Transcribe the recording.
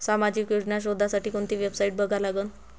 सामाजिक योजना शोधासाठी कोंती वेबसाईट बघा लागन?